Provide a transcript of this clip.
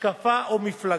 השקפה או מפלגה,